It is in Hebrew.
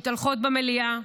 מתהלכות במליאה,